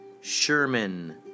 Sherman